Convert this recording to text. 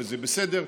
וזה בסדר,